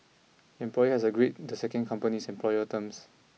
employee has to agreed the second company's employment terms